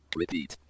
repeat